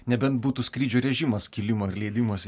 nebent būtų skrydžio rėžimas kilimo ir leidimosi